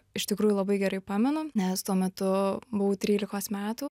iš tikrųjų labai gerai pamenu nes tuo metu buvau trylikos metų